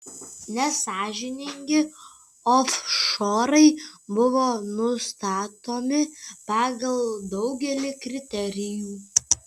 nesąžiningi ofšorai buvo nustatomi pagal daugelį kriterijų